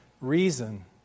reason